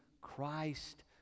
christ